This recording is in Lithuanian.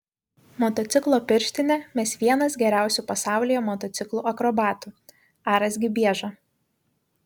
motociklo pirštinę mes vienas geriausių pasaulyje motociklų akrobatų aras gibieža